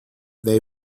they